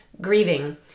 grieving